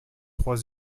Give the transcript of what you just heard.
trois